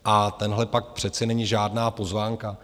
A tenhle pakt přece není žádná pozvánka.